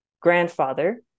grandfather